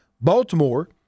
Baltimore